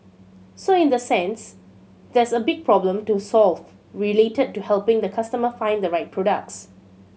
so in the sense there's a big problem to solve related to helping the customer find the right products